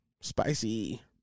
Spicy